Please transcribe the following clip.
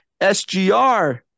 SGR